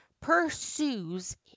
pursues